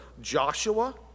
Joshua